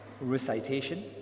recitation